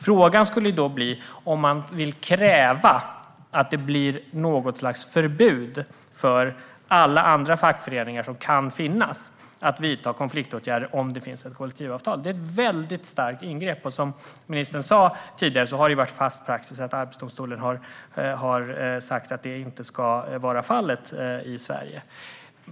Frågan skulle bli om man vill kräva att det blir något slags förbud för alla andra fackföreningar som kan finnas att vidta konfliktåtgärder om det finns ett kollektivavtal. Det är ett väldigt starkt ingrepp. Som ministern sa tidigare har det varit fast praxis att Arbetsdomstolen har sagt att det inte ska vara fallet i Sverige.